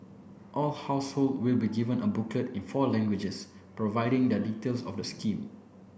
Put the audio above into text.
all household will also be given a booklet in four languages providing the details of the scheme